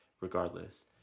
regardless